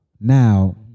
now